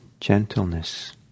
gentleness